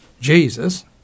Jesus